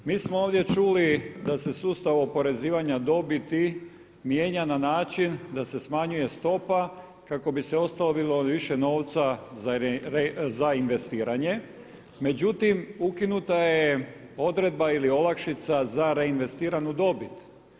Mi smo ovdje čuli da se sustav oporezivanja dobiti mijenja na način da se smanjuje stopa kako bi se ostavilo bilo više novaca za investiranje, međutim ukinuta je odredba ili olakšica za reinvestiranu dobit.